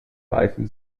reifen